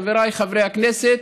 חבריי חברי הכנסת,